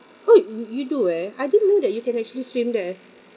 wait you do eh I didn't know that you can actually swim there